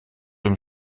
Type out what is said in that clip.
dem